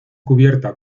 cubierta